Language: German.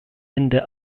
ende